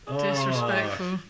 Disrespectful